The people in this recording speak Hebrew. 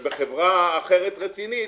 ובחברה אחרת רצינית,